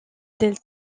del